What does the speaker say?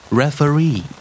referee